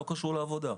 לא קשור לעבודה,